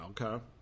Okay